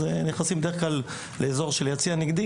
הם נכנסים בדרך כלל לאזור של יציע נגדי